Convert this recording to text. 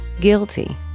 guilty